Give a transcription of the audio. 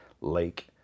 lake